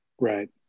Right